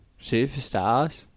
superstars